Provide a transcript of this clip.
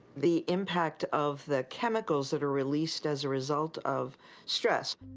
the impact of the chemicals that are released as a result of stress,